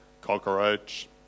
Cockroach